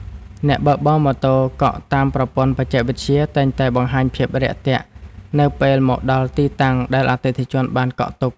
អ្នកបើកបរម៉ូតូកក់តាមប្រព័ន្ធបច្ចេកវិទ្យាតែងតែបង្ហាញភាពរាក់ទាក់ នៅពេលមកដល់ទីតាំងដែលអតិថិជនបានកក់ទុក។